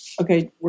Okay